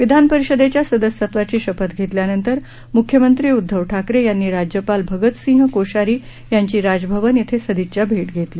विधान परिषदेच्या सदस्यत्वाची शपथ घेतल्यानंतर मुख्यमंत्री उदधव ठाकरे यांनी राज्यपाल भगतसिंह कोश्यारी यांची राज भवन येथे सदिच्छा भेट घेतली